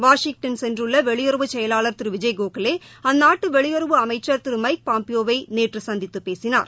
Washington சென்றள்ள வெளியுறவுச் செயலாளர் திரு விஜய் கோகலே அந்நாட்டு வெளியுறவு அமைச்சர் திரு மைக் பாம்பியேவை நேற்று சந்தித்து பேசினார்